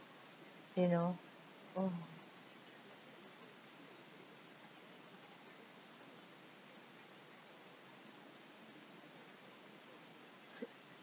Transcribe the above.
you know oh so